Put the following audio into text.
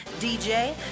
DJ